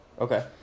Okay